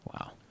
Wow